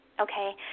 okay